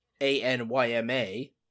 A-N-Y-M-A